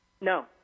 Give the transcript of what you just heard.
No